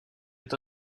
est